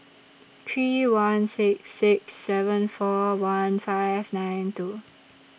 three one six six seven four one five nine two